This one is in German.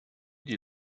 die